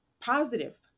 positive